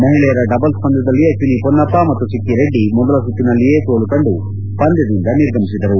ಮಹಿಳೆಯರ ಡಬಲ್ಲ್ ಪಂದ್ದದಲ್ಲಿ ಅಶ್ವಿನಿ ಮೊನ್ನಪ್ಪ ಮತ್ತು ಸಿಕ್ಕಿರೆಡ್ಡಿ ಮೊದಲ ಸುತ್ತಿನಲ್ಲಿಯೇ ಸೋಲು ಕಂಡು ಪಂದ್ವದಿಂದ ನಿರ್ಗಮಿಸಿದರು